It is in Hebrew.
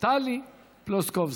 טלי פלוסקוב,